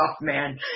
man